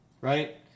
Right